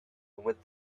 with